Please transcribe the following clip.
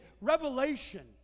revelation